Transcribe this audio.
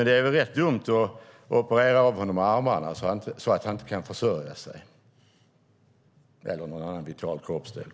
Det är dock rätt dumt att operera bort armarna eller andra vitala kroppsdelar så att patienten inte kan försörja sig.